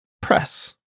press